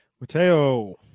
Mateo